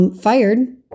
Fired